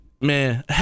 man